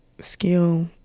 Skill